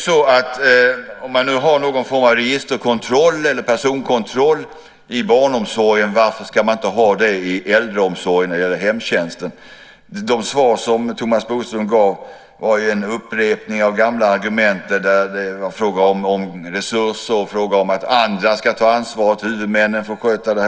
Om man har någon form av registerkontroll eller personkontroll i barnomsorgen, varför ska vi inte ha det i äldreomsorgen eller i hemtjänsten? De svar som Thomas Bodström gav var en upprepning av gamla argument, där det var fråga om resurser och om att andra ska ta ansvar, att huvudmännen ska sköta det.